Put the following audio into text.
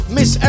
Miss